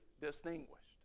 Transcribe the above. distinguished